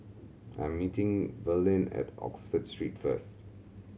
I'm meeting Verlyn at Oxford Street first